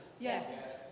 Yes